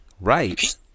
Right